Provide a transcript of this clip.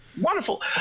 Wonderful